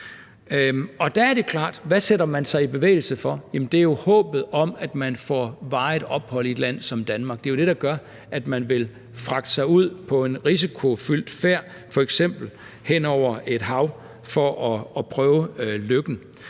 hvad sætter man sig i bevægelse for? Det er jo håbet om, at man får varigt ophold i et land som Danmark. Det er jo det, der gør, at man vil begive sig ud på en risikofyldt færd, f.eks. hen over et hav, for at prøve lykken.